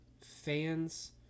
fans